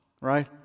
right